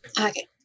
Okay